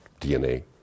DNA